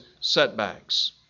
setbacks